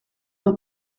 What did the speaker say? aux